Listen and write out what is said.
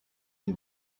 une